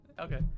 Okay